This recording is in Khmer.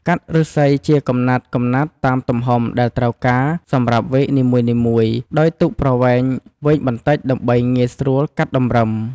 កាត់ឫស្សីជាកំណាត់ៗតាមទំហំដែលត្រូវការសម្រាប់វែកនីមួយៗ ដោយទុកប្រវែងវែងបន្តិចដើម្បីងាយស្រួលកាត់តម្រឹម។